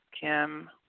Kim